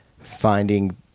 finding